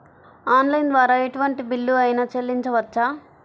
Online ద్వారా ఎటువంటి bill అయినా చెల్లించవచ్చా?